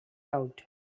out